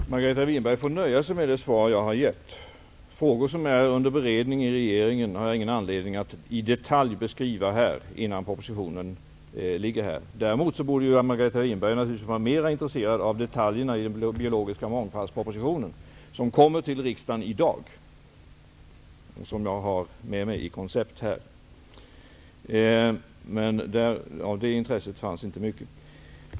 Herr talman! Margareta Winberg får nöja sig med det svar jag har gett. Jag har ingen anledning att innan propositionen ligger här i detalj beskriva frågor som är under beredning i regeringen. Däremot borde Margareta Winberg vara mer intresserad av detaljerna i den biologiska mångfaldspropositionen som kommer till riksdagen i dag. Jag har den med mig i koncept här. Men av det intresset fanns det inte mycket.